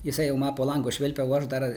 jisai jau man po langu švilpia o aš dar